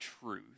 truth